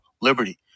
liberty